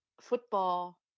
football